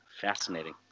Fascinating